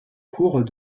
cours